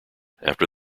after